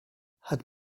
had